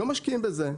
לא משקיעים בזה.